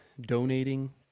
donating